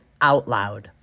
OUTLOUD